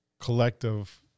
collective